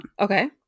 okay